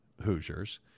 Hoosiers